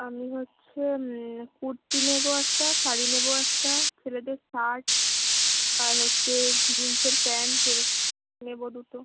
আমি হচ্ছে কুর্তি নেবো একটা শাড়ি নেবো একটা ছেলেদের শার্ট আর হচ্ছে জিন্সের প্যান্ট এরো নেবো দুটো